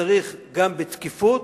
כשצריך גם בתקיפות,